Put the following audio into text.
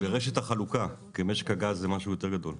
במשק החלוקה כי רשת הגז זה משהו יותר גדול.